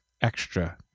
extra